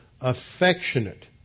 affectionate